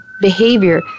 behavior